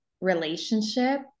relationship